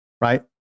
right